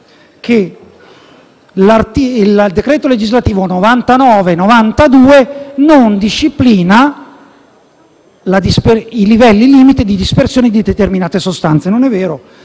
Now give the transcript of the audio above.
che il decreto legislativo n. 99 del 1992 non disciplina i livelli limite di dispersione di determinate sostanze, ma non è vero.